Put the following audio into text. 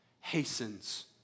hastens